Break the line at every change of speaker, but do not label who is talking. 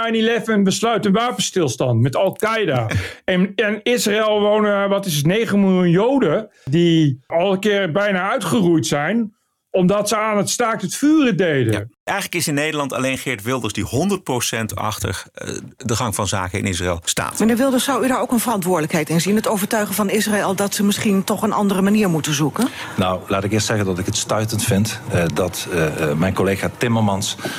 9-11 besluiten we een wapenstilstand met Al-Qaeda.
Ja.
En- en Israël wonen, wat is het, negen miljoen Joden die al een keer bijna uitgeroeid zijn omdat ze aan het staakt het vuren deden.
Ja, eigenlijk is in Nederland alleen Geert Wilders die 100% achter, eh, de gang van zaken in Israël staat.
Meneer Wilders, zou u daar ook een verantwoordelijkheid in zien? Het overtuigen van Israël dat ze misschien toch een andere manier moeten zoeken?
Nou, laat ik eerst zeggen dat ik het stuitend vind, eh, dat, eh, eh, mijn collega Timmermans-